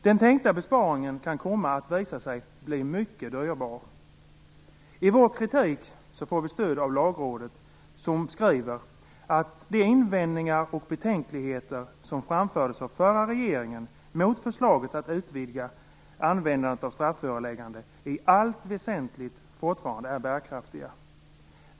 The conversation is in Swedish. Den tänkta besparingen kan komma att visa sig bli mycket dyr. I vår kritik får vi stöd av Lagrådet, som skriver att de invändningar och betänkligheter som framfördes av förra regeringen mot förslaget om att utvidga användandet av strafföreläggande i allt väsentligt fortfarande är bärkraftiga.